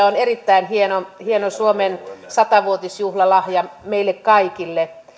on erittäin hieno hieno suomen sata vuotisjuhlalahja meille kaikille